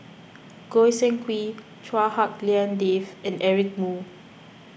Goi Seng Hui Chua Hak Lien Dave and Eric Moo